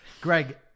Greg